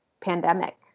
pandemic